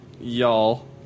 y'all